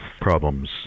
problems